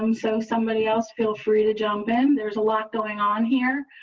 um so somebody else, feel free to jump in. there's a lot going on here.